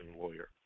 lawyer